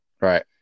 Right